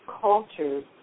cultures